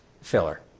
filler